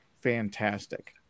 fantastic